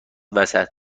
وسط